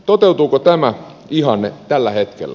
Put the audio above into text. toteutuuko tämä ihanne tällä hetkellä